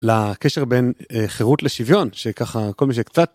לקשר בין חירות לשוויון שככה כל מי שקצת.